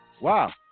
wow